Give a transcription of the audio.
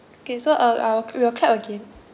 okay so uh I will we will clap again